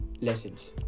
lessons